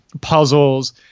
puzzles